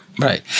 Right